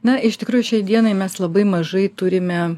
na iš tikrųjų šiai dienai mes labai mažai turime